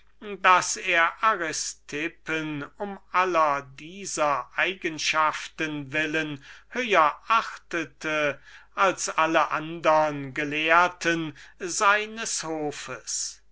daß er aristippen um aller dieser eigenschaften willen höher achtete als alle andern gelehrten seines hofes